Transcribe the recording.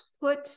put